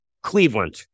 Cleveland